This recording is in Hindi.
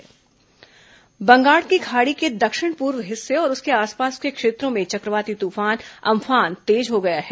मौसम बंगाल की खाड़ी के दक्षिण पूर्व हिस्से और उसके आसपास के क्षेत्रों में चक्रवाती तूफान अम्फान तेज हो गया है